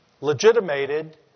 legitimated